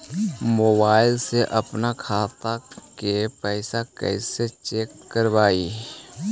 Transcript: Mobile से अपन खाता के पैसा कैसे चेक करबई?